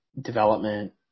development